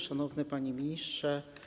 Szanowny Panie Ministrze!